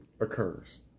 occurs